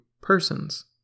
persons